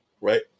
right